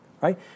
right